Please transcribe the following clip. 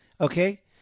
Okay